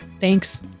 Thanks